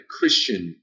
Christian